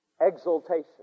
exaltation